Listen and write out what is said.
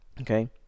okay